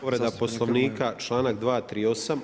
Povreda poslovnika, članak 238.